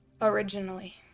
originally